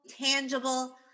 tangible